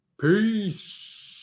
Peace